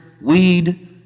weed